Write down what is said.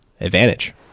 advantage